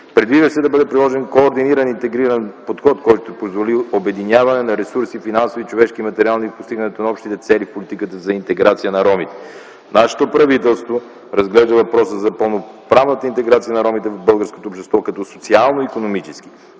Предвижда се да бъде приложен координиран, интегриран подход, който би позволил обединяване на ресурси: финансови, човешки, материални при постигането на общи цели в политиката за интеграцията на ромите. Нашето правителство разглежда въпроса за пълноправната интеграция на ромите в българското общество като социално- икономическо,